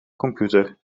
computer